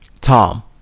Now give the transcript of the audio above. Tom